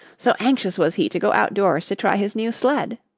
so anxious was he to go out doors to try his new sled.